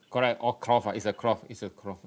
correct all cloth uh it's a cloth it's a cloth